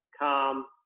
calm